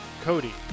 Cody